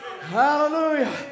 Hallelujah